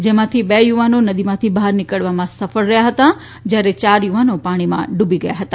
જેમાંથી બે યુવાનો નદીમાંથી બહાર નીકળવામાં સફળ રહથાં હતા જયારે યાર યુવાનો પાણીમાં ડુબી ગયા હતા